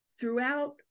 throughout